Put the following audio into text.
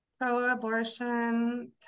pro-abortion